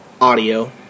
audio